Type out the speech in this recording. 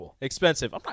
Expensive